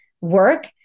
work